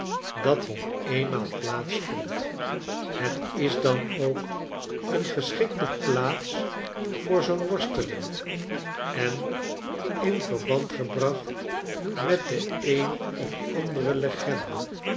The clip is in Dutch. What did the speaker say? dat hier eenmaal plaats vond het is dan ook een geschikte plaats voor zoo'n worsteling en in verband gebracht met de een of andere legende